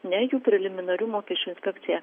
ne jų preliminarių mokesčių inspekcija